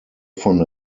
von